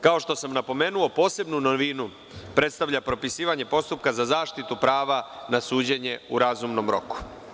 Kao što sam napomenuo, posebnu novinu predstavlja propisivanje postupka za zaštitu prava na suđenje u razumnom roku.